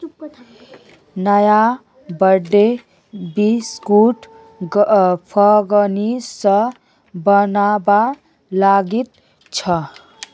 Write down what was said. नया ब्रांडेर बिस्कुट कंगनी स बनवा लागिल छ